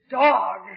dog